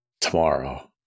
tomorrow